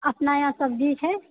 अपना यहाँ सब्जी छै